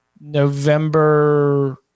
November